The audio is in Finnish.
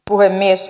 puhemies